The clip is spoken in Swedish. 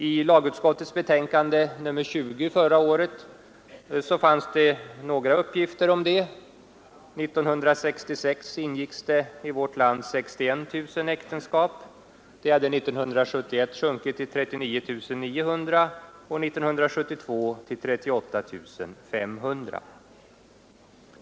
I lagutskottets betänkande nr 20 förra året fanns det några uppgifter om detta. 1966 ingicks det i vårt land 61 000 äktenskap. Det antalet hade 1971 sjunkit till 39 900 och 1972 till 38 500.